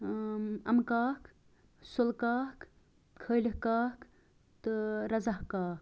اَمہٕ کاک سُلہٕ کاک خٲلِق کاک تہٕ رَزا کاک